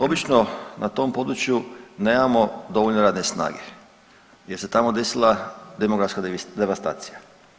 Obično na tom području nemamo dovoljno radne snage jer se tamo desila demografska devastacija.